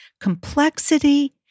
complexity